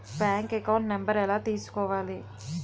Bank account number ఎలా తీసుకోవాలి?